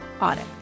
audit